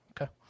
Okay